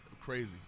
crazy